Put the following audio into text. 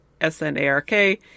S-N-A-R-K